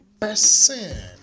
Person